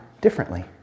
differently